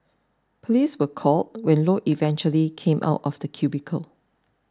police were called when Low eventually came out of the cubicle